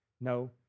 No